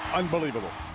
unbelievable